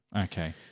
Okay